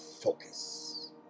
focus